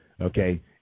Okay